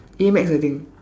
A math I think